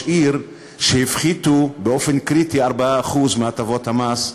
עיר שהפחיתו באופן קריטי 4% מהטבות המס,